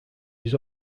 his